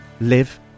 live